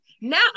now